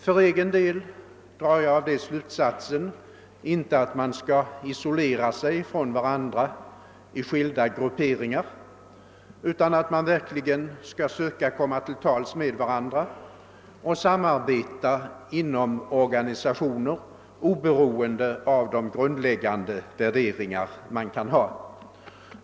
För egen del drar jag därav inte slut :satsen att man skall isolera sig från varandra i skilda grupperingar, utan att man verkligen skall försöka kom 'ma till tals med varandra och samarbeta inom organisationer, oberoende av de grundläggande värderingar man kan :ha.